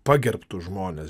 pagerbtus žmones